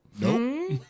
Nope